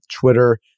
Twitter